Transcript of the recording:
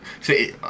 See